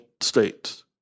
states